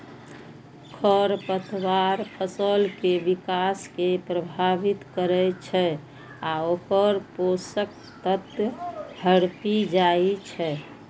खरपतवार फसल के विकास कें प्रभावित करै छै आ ओकर पोषक तत्व हड़पि जाइ छै